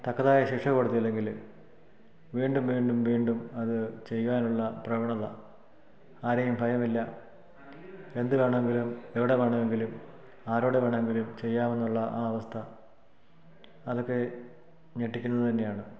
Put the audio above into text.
തക്കതായ ശിക്ഷ കൊടുത്തില്ലെങ്കിൽ വീണ്ടും വീണ്ടും വീണ്ടും അത് ചെയ്യുവാനുള്ള പ്രവണത ആരെയും ഭയമില്ല എന്ത് വേണമെങ്കിലും എവിടെ വേണമെങ്കിലും ആരോട് വേണമെങ്കിലും ചെയ്യാമെന്നുള്ള ആ അവസ്ഥ അതൊക്കെ ഞെട്ടിക്കുന്നതു തന്നെയാണ്